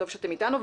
טוב שאתם אתנו.